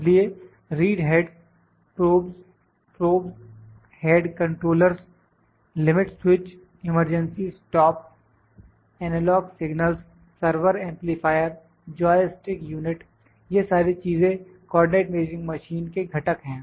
इसलिए read heads probes probe head controllers limit switches emergency stop analogue signals servo amplifier joystick unit यह सारी चीजें coordinate measuring machine के घटक हैं